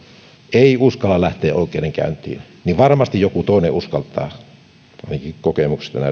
ei uskalla lähteä oikeudenkäyntiin niin varmasti joku toinen uskaltaa ainakin kokemuksesta